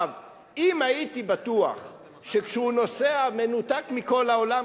אם הייתי בטוח שכשהוא נוסע מנותק מכל העולם,